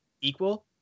equal